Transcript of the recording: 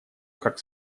как